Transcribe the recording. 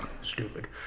stupid